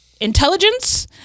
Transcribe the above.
intelligence